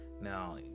Now